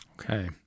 Okay